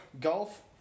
Golf